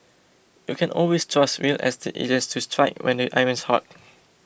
you can always trust real estate agents to strike when the iron's hot